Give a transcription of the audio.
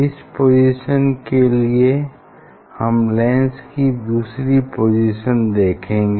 इस पोजीशन के लिए हम लेंस की दूसरी पोजीशन देखेंगे